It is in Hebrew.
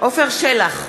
עפר שלח,